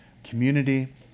community